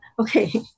Okay